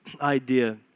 idea